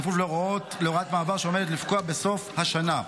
בכפוף להוראת מעבר שעומדת לפקוע בסוף השנה.